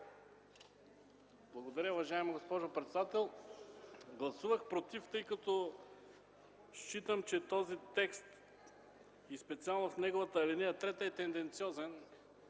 Благодаря, уважаема госпожо председател. Гласувах „против”, защото считам, че този текст и особено в неговата ал. 3 е тенденциозен,